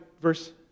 verse